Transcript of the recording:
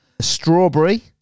Strawberry